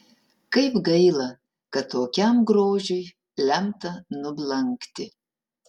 kaip gaila kad tokiam grožiui lemta nublankti